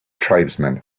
tribesmen